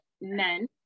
men